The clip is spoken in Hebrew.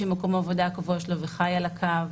שמקום העבודה הקבוע שלו וחי על הקו.